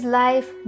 life